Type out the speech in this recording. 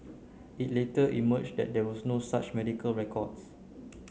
it later emerged that there were no such medical records